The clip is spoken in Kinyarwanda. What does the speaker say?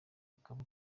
ukaba